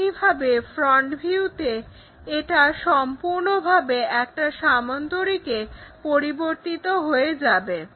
একইভাবে ফ্রন্ট ভিউতে এটা সম্পূর্ণভাবে একটা সামান্তরিকে পরিবর্তিত হয়ে যাবে